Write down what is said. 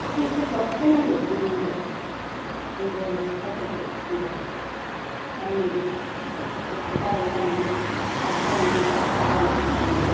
इफोरखो एसे दबथाय नांगौ गोजौनिफ्राय जों बर' सिख्लाफोरखो सेंग्राफोरखो दा नै गथ' गारै गारैनो खारफा लांदो हाबा जानायफोरानो